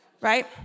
right